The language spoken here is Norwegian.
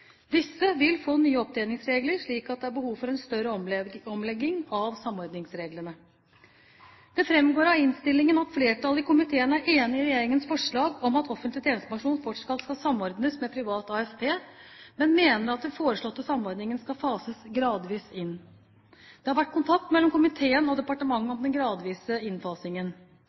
Disse vil få nye opptjeningsregler, slik at det er behov for en større omlegging av samordningsreglene. Det framgår av innstillingen at flertallet i komiteen er enig i regjeringens forslag om at offentlig tjenestepensjon fortsatt skal samordnes med privat AFP, men mener at den foreslåtte samordningen skal fases gradvis inn. Det har vært kontakt mellom komiteen og departementet om den gradvise innfasingen.